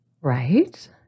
right